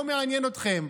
לא מעניין אתכם.